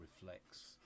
reflects